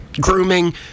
grooming